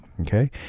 okay